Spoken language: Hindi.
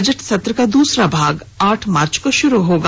बजट सत्र का द्रसरा भाग आठ मार्च को शुरू होगा